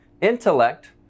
intellect